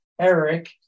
Eric